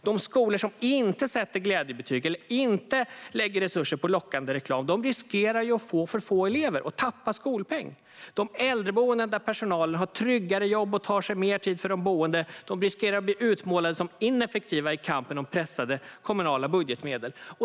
De skolor som inte sätter glädjebetyg eller inte lägger resurser på lockande reklam riskerar att få för få elever och tappa skolpeng. De äldreboenden där personalen har tryggare jobb och tar sig mer tid för de boende riskerar att bli utmålade som ineffektiva i kampen om pressade kommunala budgetmedel.